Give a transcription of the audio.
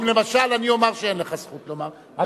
אם למשל אני אומַר שאין לך זכות לומר,